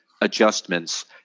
adjustments